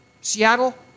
Seattle